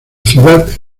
ciudad